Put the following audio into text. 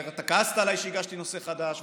ואתה כעסת עליי שהגשתי נושא חדש,